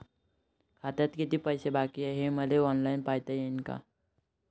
खात्यात कितीक पैसे बाकी हाय हे मले ऑनलाईन पायता येईन का?